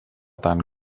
tant